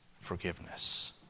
forgiveness